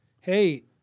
hey